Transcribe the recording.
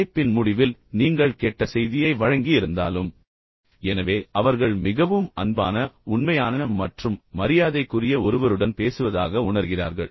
அழைப்பின் முடிவில் நீங்கள் கெட்ட செய்தியை வழங்கியிருந்தாலும் எனவே அவர்கள் மிகவும் அன்பான உண்மையான மற்றும் மரியாதைக்குரிய ஒருவருடன் பேசுவதாக உணர்கிறார்கள்